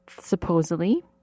supposedly